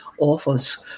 Offers